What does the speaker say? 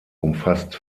umfasst